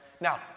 Now